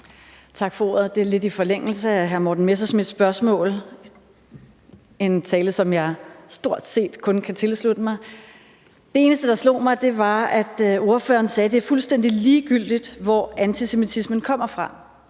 Tak for ordet. Det er lidt i forlængelse af hr. Morten Messerschmidts spørgsmål. Det var en tale, som jeg stort set kun kan tilslutte mig. Det eneste, der slog mig, var, at ordføreren sagde, at det er fuldstændig ligegyldigt, hvor antisemitismen kommer fra.